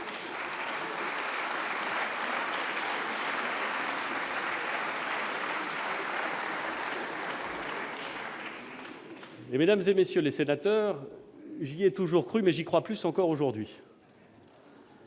Mesdames, messieurs les sénateurs, j'y ai toujours cru, mais j'y crois plus encore aujourd'hui,